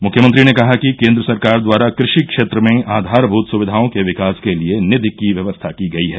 मृख्यमंत्री ने कहा कि केन्द्र सरकार द्वारा कृषि क्षेत्र में आघारभूत सुविघाओं के विकास के लिय निधि की व्यवस्था की गयी है